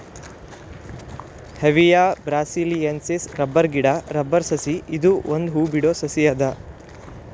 Hevea brasiliensis rubber ಗಿಡಾ rubber ಸಸಿ ಇದು ಒಂದ್ ಹೂ ಬಿಡೋ ಸಸಿ ಅದ